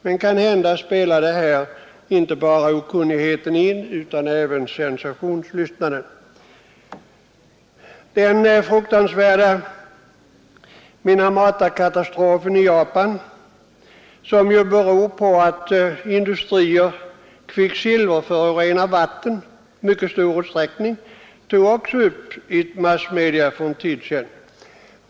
Men kanhända spelade här inte bara okunnigheten in, utan även sensationslystnaden. Den fruktansvärda Minamatakatastrofen i Japan, som beror på att industrier kvicksilverförorenar vatten i mycket stor utsträckning, togs upp av massmedia för någon tid sedan.